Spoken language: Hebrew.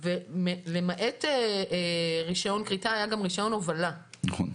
למעט רישיון כריתה היה גם רישיון הובלה, נכון?